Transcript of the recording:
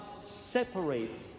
separates